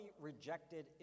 rejected